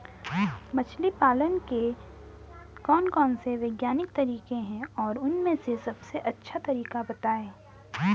मछली पालन के लिए कौन कौन से वैज्ञानिक तरीके हैं और उन में से सबसे अच्छा तरीका बतायें?